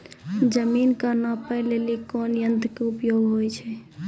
जमीन के नापै लेली कोन यंत्र के उपयोग होय छै?